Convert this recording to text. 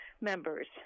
members